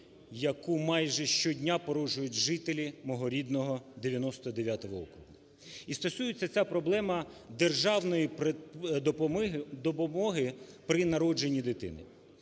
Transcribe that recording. яку майже щодня порушують жителі мого рідного 99 округу. І стосується ця проблема держаної допомоги при народженні дитини.